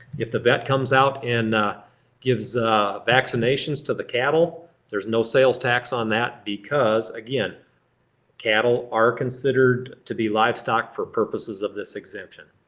if the vet comes out and gives vaccinations to the cattle, there's no sales tax on that because again cattle are considered to be livestock for purposes of this exemption.